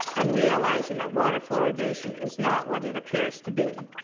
and realizing that water fluoridation is not what it appears to be.